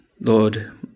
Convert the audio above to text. lord